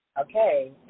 Okay